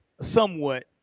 somewhat